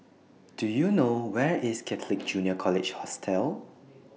Do YOU know Where IS Catholic Junior College Hostel